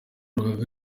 rugaga